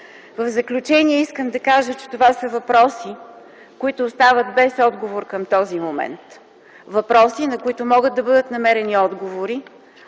В заключение искам да кажа, че това са въпроси, които остават без отговор към този момент, въпроси, на които могат да бъдат намерени отговори,